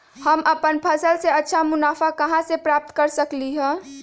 हम अपन फसल से अच्छा मुनाफा कहाँ से प्राप्त कर सकलियै ह?